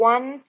One